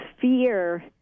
fear